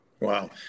Wow